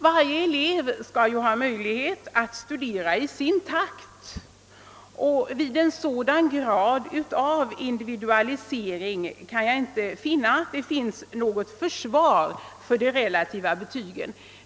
Varje elev skall ju ha möjlighet att studera i sin egen takt, och vid en sådan grad av individualisering kan jag inte finna något försvar för de relativa betygen.